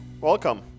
welcome